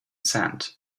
sand